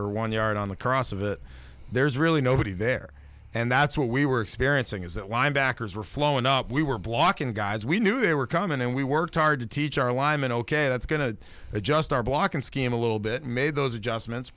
or one yard on the cross of it there's really nobody there and that's what we were experiencing is that linebackers were flowing up we were blocking guys we knew they were coming and we worked hard to teach our linemen ok that's going to adjust our blocking scheme a little bit made those adjustments